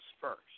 first